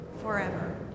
forever